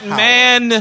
man